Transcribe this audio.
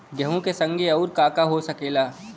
गेहूँ के संगे आऊर का का हो सकेला?